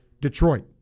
Detroit